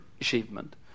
achievement